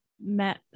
met